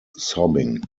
sobbing